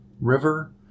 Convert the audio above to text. River